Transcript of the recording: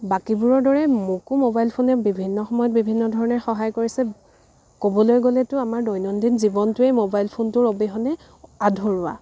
বাকীবোৰৰ দৰে মোকো মোবাইল ফোনে বিভিন্ন সময়ত বিভিন্ন ধৰণে সহায় কৰিছে ক'বলৈ গ'লেতো আমাৰ দৈনন্দিন জীৱনটোৱে মোবাইল ফোনটোৰ অবিহনে আধৰুৱা